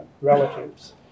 relatives